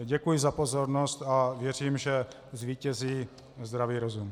Děkuji za pozornost a věřím, že zvítězí zdravý rozum.